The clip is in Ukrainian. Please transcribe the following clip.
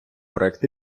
проект